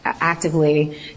actively